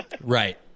right